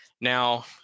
Now